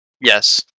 Yes